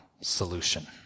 Solution